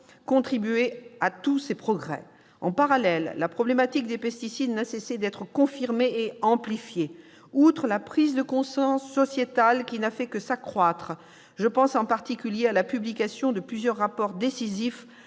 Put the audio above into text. contribué à tous ces progrès. En parallèle, la problématique des pesticides n'a cessé d'être confirmée et amplifiée. Outre la prise de conscience sociétale qui n'a fait que croître, je pense en particulier à la publication de plusieurs rapports ayant